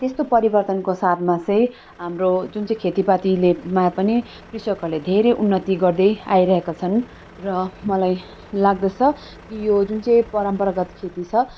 त्यस्तो परिवर्तनको साथमा चाहिँ हाम्रो जुन चाहिँ खेतीपातीले मा पनि कृषकहरूले धेरै उन्नति गर्दै आइरहेका छन् र मलाई लाग्दछ कि यो जुन चाहिँ परम्परागत खेती छ